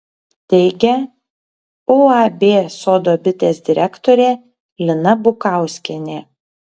teigia uab sodo bitės direktorė lina bukauskienė